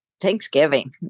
Thanksgiving